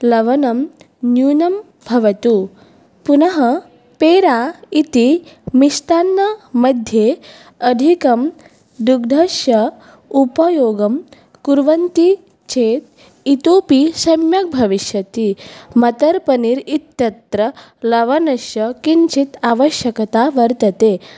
लवणं न्यूनं भवतु पुनः पेरा इति मिष्टान्नमध्ये अधिकं दुग्धस्य उपयोगं कुर्वन्ति चेत् इतोऽपि सम्यक् भविष्यति मटर्पनीर् इत्यत्र लवणस्य किञ्चित् आवश्यकता वर्तते